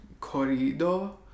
Corrido